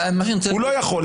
הוא לא יכול.